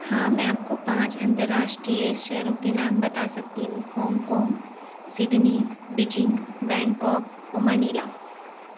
हाँ मैं आपको पाँच अंतर्राष्ट्रीय शहरों के नाम बता सकती हूँ हॉङ्कॉङ सिडनी बीजिंग बैंकॉक और मनीला